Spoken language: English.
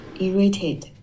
irritated